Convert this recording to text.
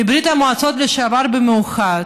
מברית המועצות לשעבר במיוחד,